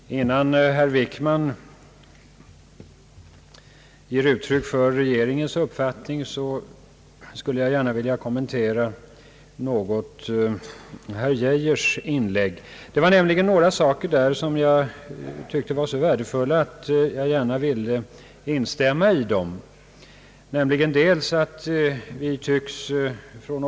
Herr talman! Innan herr Wickman ger uttryck för regeringens uppfattning skulle jag gärna något vilja kommentera herr Geijers inlägg. Det var nämligen några saker som var så värdefulla, att jag vill instämma i vad herr Geijer sade.